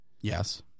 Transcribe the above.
Yes